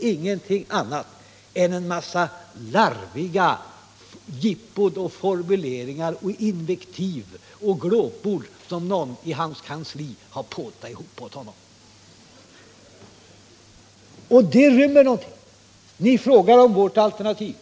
ingenting annat har att säga än en massa larviga, jippobetonade svar och formuleringar, invektiv och glåpord, som någon i hans kansli har påtat ihop åt honom. Ni frågar om vårt alternativ.